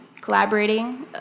collaborating